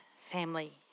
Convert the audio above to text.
Family